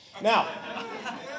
Now